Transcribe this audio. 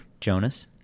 jonas